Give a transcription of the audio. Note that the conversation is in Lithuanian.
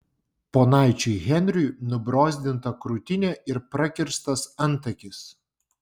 ponaičiui henriui nubrozdinta krūtinė ir prakirstas antakis